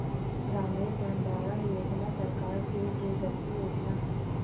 ग्रामीण भंडारण योजना सरकार की एक दूरदर्शी योजना है